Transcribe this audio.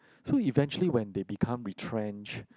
so eventually when they become retrenched